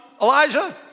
Elijah